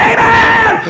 Amen